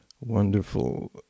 wonderful